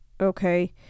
okay